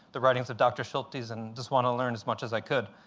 the writings of dr. schultes, and just wanted to learn as much as i could.